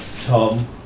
Tom